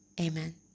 Amen